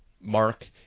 mark